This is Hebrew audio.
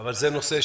אבל זה נושא,